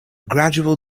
gradual